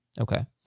Okay